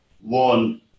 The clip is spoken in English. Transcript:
One